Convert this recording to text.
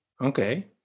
Okay